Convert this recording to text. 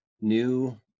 new